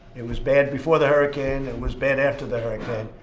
it was bad before the hurricane, it was bad after the hurricane.